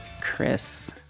Chris